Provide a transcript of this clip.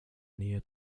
nähe